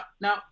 now